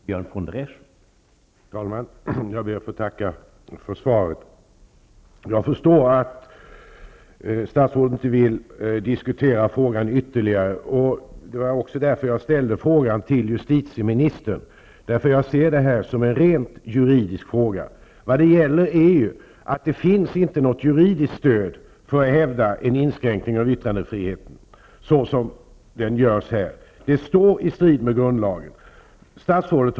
Herr talman! Jag ber att få tacka för svaret. Jag förstår att statsrådet inte vill diskutera frågan ytterligare. Det var också därför som jag ställde frågan till justitieministern, eftersom jag ser detta som en rent juridisk fråga. De finns inte något juridiskt stöd för att hävda en sådan inskränkning av yttrandefriheten så som här görs. Det står i strid med grundlagen.